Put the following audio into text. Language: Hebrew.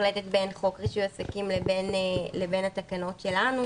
מוחלטת בין חוק רישוי עסקים לבין התקנות שלנו,